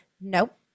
nope